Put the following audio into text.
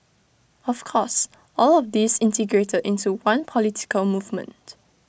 of course all of these integrated into one political movement